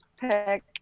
pick